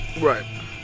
Right